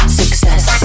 success